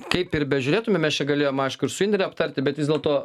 kaip ir bežiūrėtume mes čia galėjom aišku ir su indre aptarti bet vis dėlto